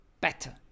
better